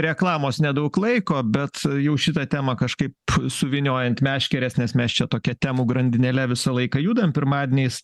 reklamos nedaug laiko bet jau šitą temą kažkaip suvyniojant meškeres nes mes čia tokia temų grandinėle visą laiką judam pirmadieniais